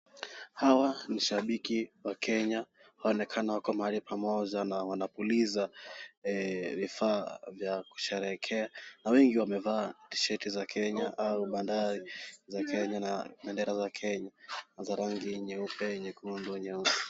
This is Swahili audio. Hawa ni shabiki wa Kenya waonekana wako pahali pamoja na wanapuliza vifaa vya kusherehekea na wengi wamevaa tsheti za Kenya au bandari za Kenya na bendera za Kenya za rangi nyeupe, nyekundu, nyeusi.